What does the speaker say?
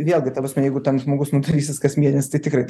vėlgi ta prasme jeigu ten žmogus nu darysis kas mėnesį tai tikrai to